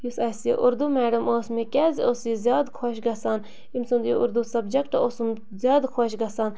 یُس اَسہِ اُردو میڈم ٲس مےٚ کیٛازِ ٲس یہِ زیادٕ خۄش گَژھان ییٚمۍ سُنٛد یہِ اُردو سَبجَکٹ اوسُم زیادٕ خۄش گَژھان